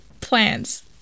plans